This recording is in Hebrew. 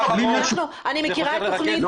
אני מכירה את תוכנית